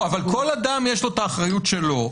לא, אבל לכל אדם יש האחריות שלו.